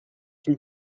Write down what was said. une